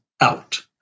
out